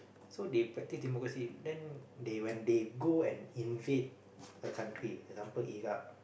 so they practice democracy then they when they go and invade a country example Iraq